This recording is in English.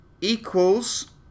equals